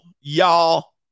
y'all